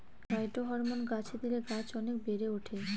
phytohormone গাছে দিলে গাছ অনেক বেড়ে ওঠে